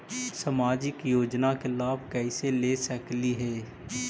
सामाजिक योजना के लाभ कैसे ले सकली हे?